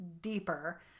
deeper